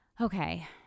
okay